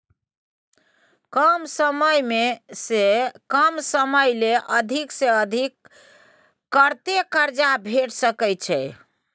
कम समय ले अधिक से अधिक कत्ते कर्जा भेट सकै छै?